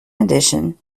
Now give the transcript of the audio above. addition